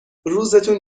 روزتون